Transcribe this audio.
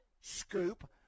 scoop